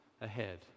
ahead